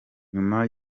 nyuma